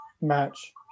match